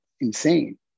insane